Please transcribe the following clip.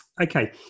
okay